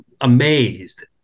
amazed